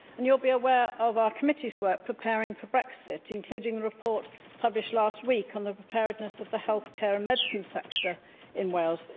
and you'll be aware of our committee's work preparing for brexit, including the report published last week on the preparedness of the healthcare and medicines sector in wales.